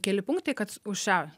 keli punktai kad už šią